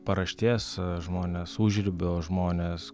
paraštės žmonės užribio žmonės